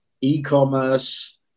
e-commerce